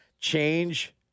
Change